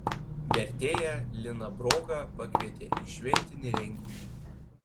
vertėją liną brogą pakvietė į šventinį renginį